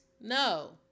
No